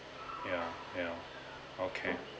ya ya okay